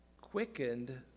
quickened